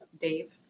Dave